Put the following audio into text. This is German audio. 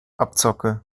abzocke